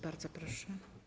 Bardzo proszę.